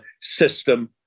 system